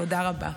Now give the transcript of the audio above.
תודה רבה.